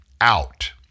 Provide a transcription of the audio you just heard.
out